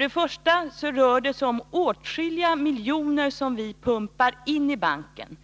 Det rör sig om åtskilliga miljoner som vi pumpar in i banken